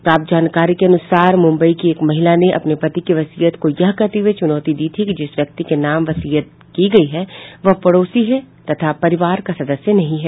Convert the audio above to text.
प्राप्त जानकारी के अनुसार मुम्बई की एक महिला ने अपने पति की वसीयत को यह कहते हुए चुनौती दी थी कि जिस व्यक्ति के नाम वसीयत की गयी है वह पड़ोसी है तथा परिवार की सदस्य नहीं है